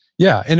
yeah, and